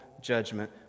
judgment